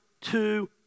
two